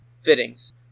fittings